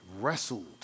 wrestled